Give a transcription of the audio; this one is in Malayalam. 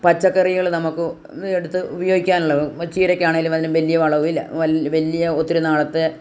പച്ചക്കറികള് നമുക്ക് എടുത്ത് ഉപയോഗിക്കാനുള്ള ചീരക്കാണെങ്കിലും അതിന് വലിയ വളം ഇല്ല വലിയ ഒത്തിരി നാളത്തെ